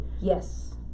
Yes